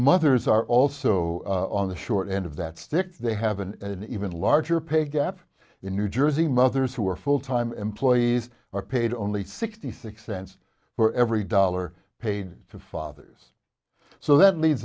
mothers are also on the short end of that stick they have an even larger pay gap in new jersey mothers who are full time employees are paid only sixty six cents for every dollar paid for fathers so that leads